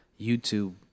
YouTube